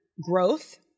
growth